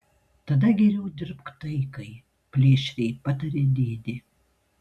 tada geriau dirbk taikai plėšriai patarė dėdė